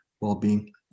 well-being